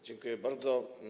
Dziękuję bardzo.